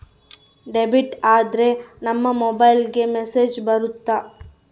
debit ಆದ್ರೆ ನಮ್ ಮೊಬೈಲ್ಗೆ ಮೆಸ್ಸೇಜ್ ಬರುತ್ತೆ